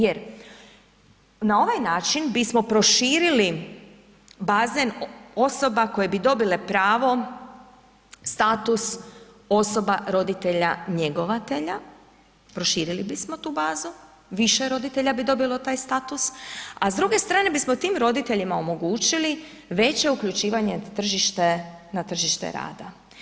Jer na ovaj način bismo proširili bazen osoba koje bi dobile pravo status osoba roditelja njegovatelja, proširili bismo tu bazu, više roditelja bi dobilo taj status a s druge strane bismo tim roditeljima omogućili veće uključivanje na tržište rada.